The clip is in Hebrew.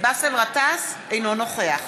באסל גטאס, אינו נוכח